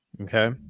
okay